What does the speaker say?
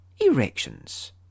erections